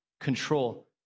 control